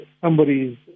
somebody's